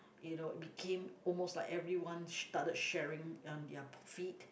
you know became almost like everyone sh~ started sharing on their p~ feed